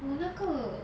oh 那个